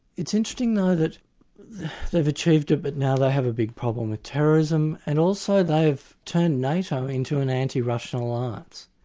it's interesting though that they've achieved it but now they have a big problem with terrorism, and also they've turned nato into an anti-russian alliance,